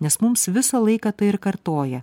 nes mums visą laiką tai ir kartoja